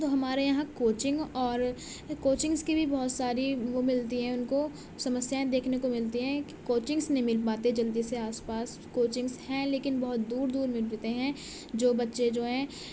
تو ہمارے یہاں کوچنگ اور کوچنگز کی بھی بہت ساری وہ ملتی ہیں ان کو سمسیائیں دیکھنے کو ملتی ہیں کہ کوچنگس نہیں مل پاتے جلدی سے آس پاس کوچنگس ہیں لیکن بہت دور دور ملتے ہیں جو بچے جو ہیں